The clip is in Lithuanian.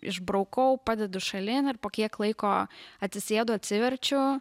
išbraukau padedu šalin ir po kiek laiko atsisėdu atsiverčiu